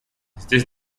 здесь